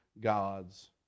God's